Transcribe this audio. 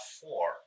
four